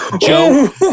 Joe